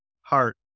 heart